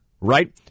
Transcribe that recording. right